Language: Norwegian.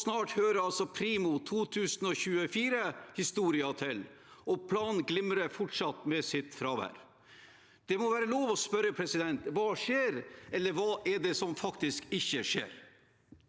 Snart hører også primo 2024 historien til, og planen glimrer fortsatt med sitt fravær. Det må være lov til å spørre: Hva skjer – eller hva er det som faktisk ikke skjer?